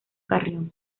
carrión